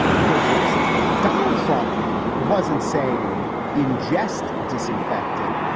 the gist donald trump wasn't saying in jest disinfectant.